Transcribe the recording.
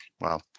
Wow